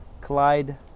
Clyde